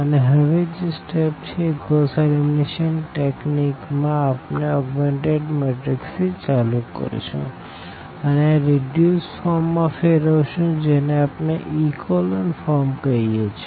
અને હવે જે સ્ટેપ છે કે ગોસ એલિમિનેશન ટેકનીક માં આપણે ઓગ્મેનટેડ મેટ્રીક્સ થી ચાલુ કરશું અને આ રીડ્યુસ્દ ફોર્મ માં ફેરવશું જેને આપણે ઇકોલન ફોર્મ કહીએ છે